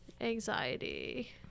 anxiety